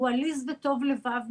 הוא עליז וטוב לבב.